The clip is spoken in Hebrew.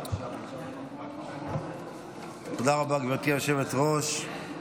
תודה רבה, גברתי היושבת-ראש.